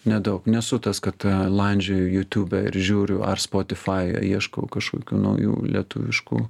nedaug nesu tas kad landžioju jutiūbe ir žiūriu ar spotifajuje ieškau kažkokių naujų lietuviškų